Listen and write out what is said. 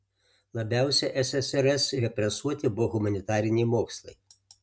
labiausiai ssrs represuoti buvo humanitariniai mokslai